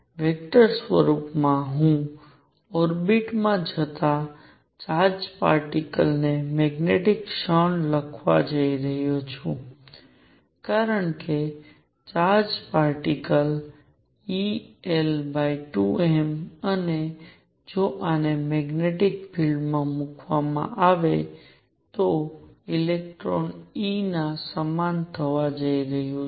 vector સ્વરૂપમાં હું ઓર્બિટમાં જતા ચાર્જ્ડ પાર્ટીકલ ની મેગ્નેટિક ક્ષણ લખવા જઈ રહ્યો છું કારણ કે ચાર્જડ પાર્ટિકલ el2m અને જો આને મેગ્નેટિક ફીલ્ડ માં મૂકવામાં આવે તો ઇલેક્ટ્રોન e ના સમાન થવા જઈ રહ્યું છે